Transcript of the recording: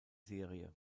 serie